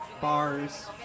Bars